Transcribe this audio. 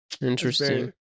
interesting